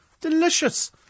Delicious